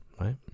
Right